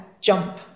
jump